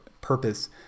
purpose